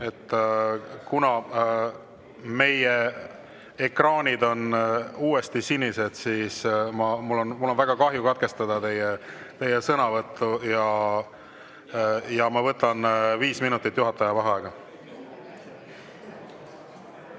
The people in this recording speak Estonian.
kuna meie ekraanid on uuesti sinised, siis mul on väga kahju, aga ma pean katkestama teie sõnavõtu. Ma võtan viis minutit juhataja vaheaega.V